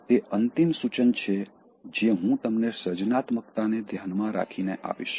તે અંતિમ સૂચન છે જે હું તમને સર્જનાત્મકતા ને ધ્યાનમાં રાખીને આપીશ